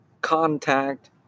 contact